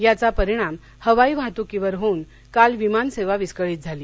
याचा परिणाम हवाई वाहतुकीवर होऊन काल विमान सेवा विस्कळीत झाली